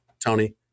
Tony